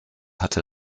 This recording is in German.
hatte